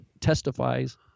testifies